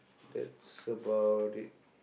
that's about it